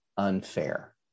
unfair